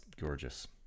gorgeous